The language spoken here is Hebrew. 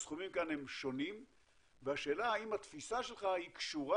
הסכומים כאן הם שונים והשאלה האם התפיסה שלך קשורה